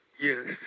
Yes